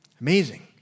Amazing